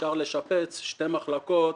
לשפץ שתי מחלקות